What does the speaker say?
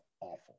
awful